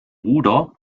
ruder